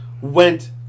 went